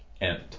end